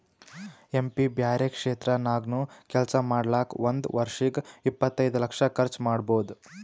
M P ಬ್ಯಾರೆ ಕ್ಷೇತ್ರ ನಾಗ್ನು ಕೆಲ್ಸಾ ಮಾಡ್ಲಾಕ್ ಒಂದ್ ವರ್ಷಿಗ್ ಇಪ್ಪತೈದು ಲಕ್ಷ ಕರ್ಚ್ ಮಾಡ್ಬೋದ್